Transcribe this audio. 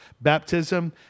baptism